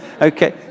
okay